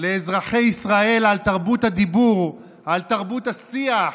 לאזרחי ישראל על תרבות הדיבור, על תרבות השיח,